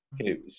Okay